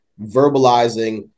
verbalizing